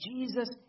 Jesus